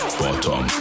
bottom